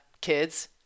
kids